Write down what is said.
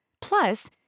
Plus